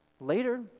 Later